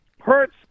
Hurts